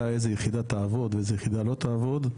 איזה יחידה תעבוד ואיזה יחידה לא תעבוד,